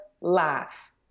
laugh